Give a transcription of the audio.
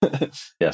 Yes